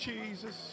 Jesus